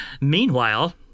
Meanwhile